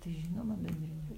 tai žinoma bendrine